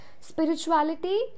Spirituality